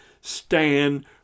stand